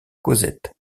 cosette